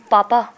Papa